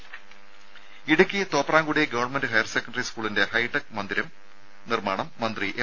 രുമ Idukki Thopramkudy government higher secondary സ്കൂളിന്റെ hitech മന്ദിരത്തിന്റെ നിർമ്മാണം മന്ത്രി എം